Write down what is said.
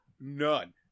none